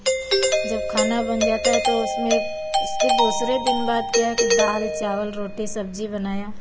जब खाना बन जाता है तो उसमें उसके दूसरे दिन बाद क्या है कि दाल चावल रोटी सब्ज़ी बनाया